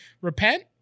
repent